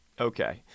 okay